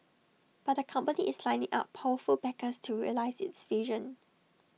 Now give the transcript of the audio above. but the company is lining up powerful backers to realise its vision